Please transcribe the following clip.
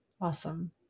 awesome